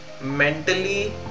Mentally